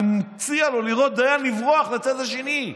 אני מציע לו לראות דיין, לברוח לצד השני,